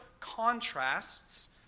contrasts